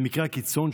במקרי הקיצון,